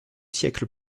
siècles